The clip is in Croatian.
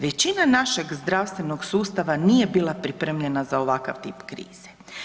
Većina našeg zdravstvenog sustava nije bila pripremljena za ovakav tip krize.